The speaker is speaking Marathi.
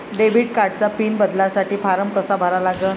डेबिट कार्डचा पिन बदलासाठी फारम कसा भरा लागन?